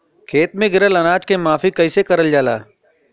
खेत में गिरल अनाज के माफ़ी कईसे करल जाला?